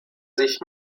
sich